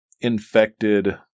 infected